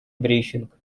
брифинг